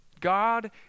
God